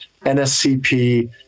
NSCP